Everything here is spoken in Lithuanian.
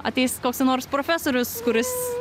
ateis koks nors profesorius kuris